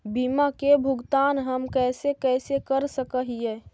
बीमा के भुगतान हम कैसे कैसे कर सक हिय?